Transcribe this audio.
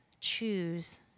choose